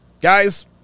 Guys